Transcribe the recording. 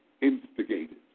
instigated